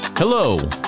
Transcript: Hello